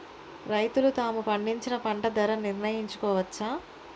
రైతులు తాము పండించిన పంట ధర నిర్ణయించుకోవచ్చా?